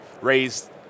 raised